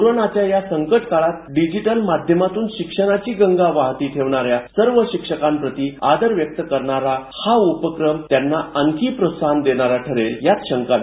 कोरोनाच्या या संकट काळात डिजिटल माध्यमातून शिक्षणाची गंगा वाहती ठेवणाऱ्या सर्व शिक्षकांप्रती आदर व्यक्त करणारा त्यांना आणखी प्रोत्साहन देणारा ठरेल यात शंका नाही